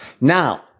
Now